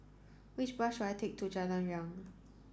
which bus should I take to Jalan Riang